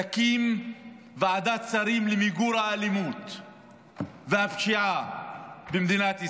תקים ועדת שרים למיגור האלימות והפשיעה במדינת ישראל.